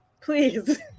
Please